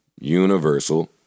Universal